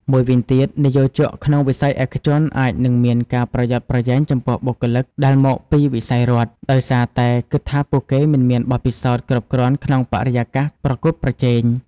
មួយវិញទៀត និយោជកក្នុងវិស័យឯកជនអាចនឹងមានការប្រយ័ត្នប្រយែងចំពោះបុគ្គលិកដែលមកពីវិស័យរដ្ឋ ដោយសារតែគិតថាពួកគេមិនមានបទពិសោធន៍គ្រប់គ្រាន់ក្នុងបរិយាកាសប្រកួតប្រជែង។